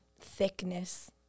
thickness